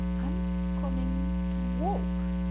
i'm coming to walk.